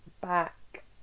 back